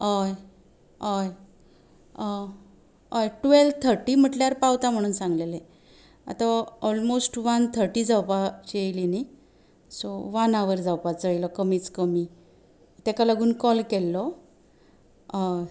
हय हय हय ट्वॅल्व थर्टी म्हणल्यार पावता म्हणून सांगलेले आतां ऑलमोस्ट वन थर्टी जावपाची येयली न्हय सो वन आवर जावपाचो आयलो कमीच कमी ताका लागून कॉल केल्लो हय